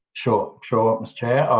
sure. sure, mr chair.